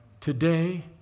today